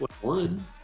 one